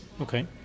okay